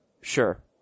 Sure